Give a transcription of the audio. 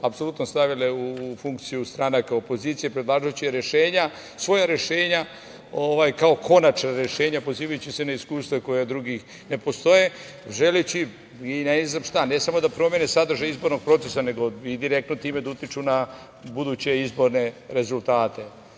apsolutno stavile u funkciju stranaka opozicije, predlažući svoja rešenja kao konačna rešenja pozivajući se na iskustva koja od drugih ne postoje, želeći ne samo da promene sadržaj izbornog procesa, nego i direktno time da utiču na buduće izborne rezultate. Znate,